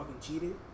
cheated